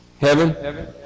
Heaven